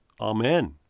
Amen